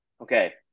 okay